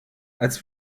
als